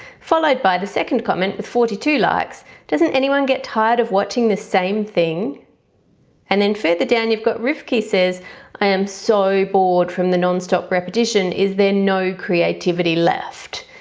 followed by the second comment with forty two likes doesn't anyone get tired of watching the same thing and then further down you've got riffki says i am so bored from the nonstop repetition is there no creativity left?